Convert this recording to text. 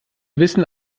wissen